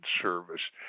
Service